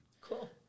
Cool